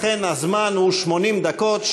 לכן הזמן הוא 80 דקות,